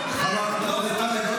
למדנו ממך.